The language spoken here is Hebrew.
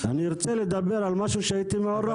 אני רוצה לדבר על משהו שהייתי מעורב בו.